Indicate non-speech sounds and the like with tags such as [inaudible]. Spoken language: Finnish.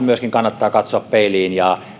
[unintelligible] myöskin katsoa peiliin ja